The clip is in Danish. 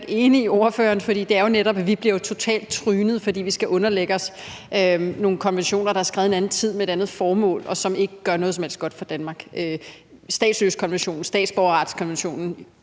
Det er jo netop sådan, at vi bliver totalt trynet, fordi vi skal underlægge os nogle konventioner, der er skrevet i en anden tid og med et andet formål, og som ikke gør noget som helst godt for Danmark. Der er statsløsekonventionen og statsborgerretskonventionen.